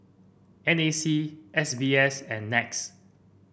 N A C S B S and NETS